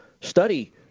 study